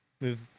move